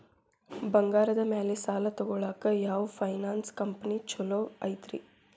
ಬಂಗಾರದ ಮ್ಯಾಲೆ ಸಾಲ ತಗೊಳಾಕ ಯಾವ್ ಫೈನಾನ್ಸ್ ಕಂಪನಿ ಛೊಲೊ ಐತ್ರಿ?